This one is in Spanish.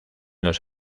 los